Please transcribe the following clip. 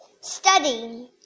studying